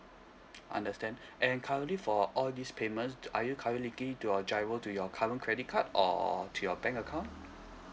understand and currently for all these payments are you to your to your current credit card or to your bank account